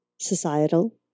societal